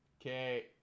okay